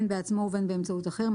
בין בעצמו ובין באמצעות אחר,